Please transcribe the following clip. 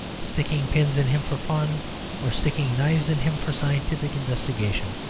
sticking pins in him for fun or sticking knives in him for scientific investigation.